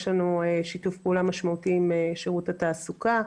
יש לנו שיתוף פעולה משמעותי עם שירות התעסוקה.